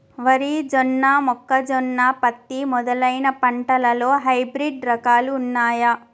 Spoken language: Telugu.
వరి జొన్న మొక్కజొన్న పత్తి మొదలైన పంటలలో హైబ్రిడ్ రకాలు ఉన్నయా?